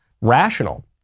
rational